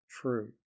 true